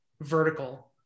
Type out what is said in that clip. vertical